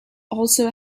also